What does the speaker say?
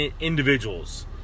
individuals